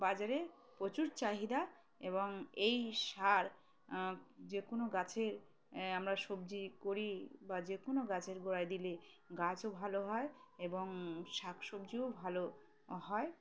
বাজারে প্রচুর চাহিদা এবং এই সার যে কোনো গাছের আমরা সবজি করি বা যে কোনো গাছের গোড়ায় দিলে গাছও ভালো হয় এবং শাক সবজিও ভালো হয়